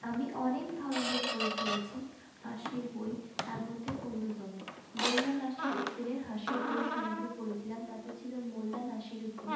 আমি অনেক ধরনের বই পড়েছি হাসির বই তার মধ্যে অন্যতম মোল্লা নাসিরুদ্দিনের হাসির বই সমগ্র পড়েছিলাম তাতে ছিল মোল্লা নাসিরুদ্দিনের